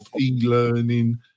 e-learning